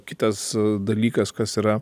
kitas dalykas kas yra